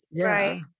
Right